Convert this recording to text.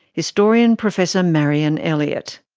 historian, professor marianne elliott.